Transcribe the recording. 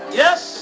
yes